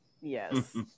Yes